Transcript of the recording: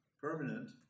permanent